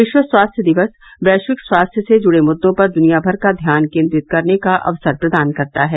विश्व स्वास्थ्य दिवस वैश्विक स्वास्थ्य से जुडे मुद्दों पर दुनिया भर का ध्यान केंद्रित करने का अवसर प्रदान करता है